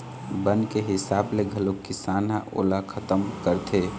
बन के हिसाब ले घलोक किसान ह ओला खतम करथे